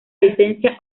licencia